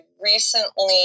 recently